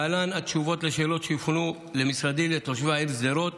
להלן התשובות על השאלות שהופנו למשרדי: המשרד מסייע לתושבי העיר שדרות